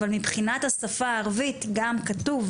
אבל מבחינת השפה הערבית כתוב,